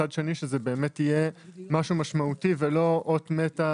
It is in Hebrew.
מצד שני שיהיה משהו משמעותי ולא אות מתה